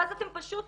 ואז אתם פשוט,